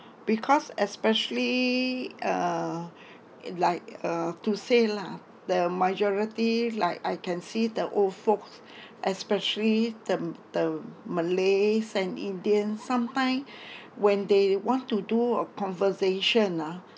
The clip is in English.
because especially uh in like uh to say lah the majority like I can see the old folks especially the the malays and indians sometime when they want to do a conversation ah